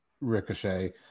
Ricochet